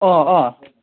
ꯑꯥ ꯑꯥ